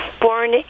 born